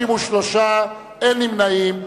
63, אין נמנעים.